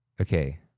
okay